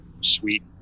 sweet